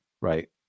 right